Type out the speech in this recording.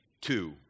two